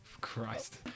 Christ